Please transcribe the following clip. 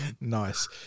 Nice